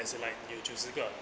as in like 你有九十个